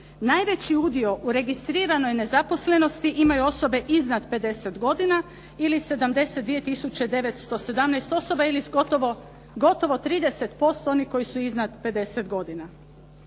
Najveći udio u registriranoj nezaposlenosti imaju osobe iznad 50 godina ili 72 tisuće 917 osoba ili gotovo 30% onih koji su iznad 50 godina.